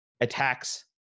attacks